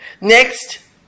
Next